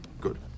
Good